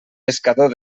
pescador